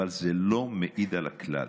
אבל זה לא מעיד על הכלל.